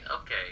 okay